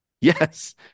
Yes